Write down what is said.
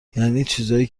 یعنی، چیزایی